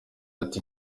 ati